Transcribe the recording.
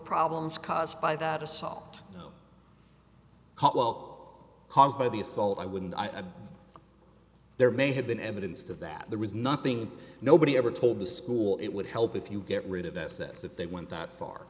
problems caused by that assault caused by the assault i wouldn't i but there may have been evidence of that there was nothing nobody ever told the school it would help if you get rid of s s if they went that far